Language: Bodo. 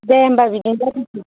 दे होमबा बिदिनो जाथोंसै